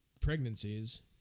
pregnancies